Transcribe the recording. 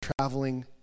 traveling